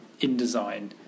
InDesign